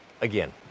Again